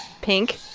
pink,